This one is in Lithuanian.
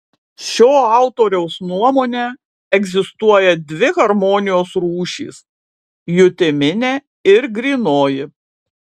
šio autoriaus nuomone egzistuoja dvi harmonijos rūšys jutiminė ir grynoji